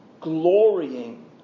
glorying